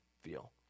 feel